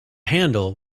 handle